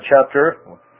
chapter